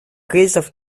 кризисов